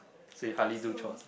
so you hardly do chores